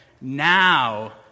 now